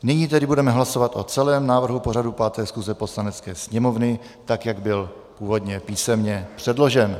Nyní tedy budeme hlasovat o celém návrhu pořadu 5. schůze Poslanecké sněmovny, tak jak byl původně písemně předložen.